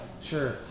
Sure